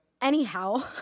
Anyhow